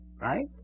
Right